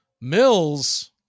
Mills